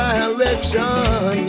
Direction